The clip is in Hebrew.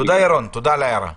תודה, ירון, על ההערה.